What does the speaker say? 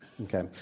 Okay